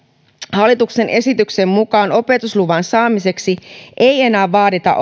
hallituksen esityksen mukaan opetusluvan saamiseksi ei enää vaadita